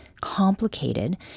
complicated